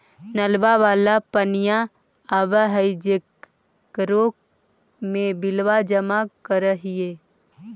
नलवा वाला पनिया आव है जेकरो मे बिलवा जमा करहिऐ?